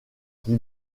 qui